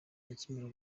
akimara